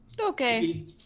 Okay